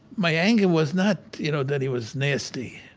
my anger was not, you know, that he was nasty.